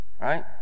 right